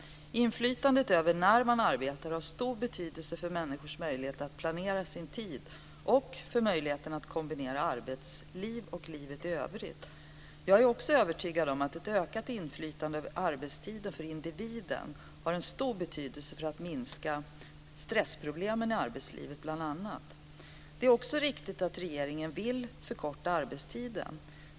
Inflytandet över när man arbetar har stor betydelse för människors möjlighet att planera sin tid och för möjligheten att kombinera arbetsliv och livet i övrigt. Jag är också övertygad om att ett ökat inflytande över arbetstiden för individen har en stor betydelse för att minska bl.a. stressproblemen i arbetslivet. Det är också riktigt att regeringen vill förkorta arbetstiden.